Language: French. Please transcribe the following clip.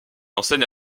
enseigne